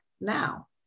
now